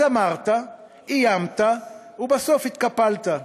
אז אמרת, איימת, ובסוף התקפלת.